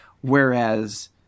Whereas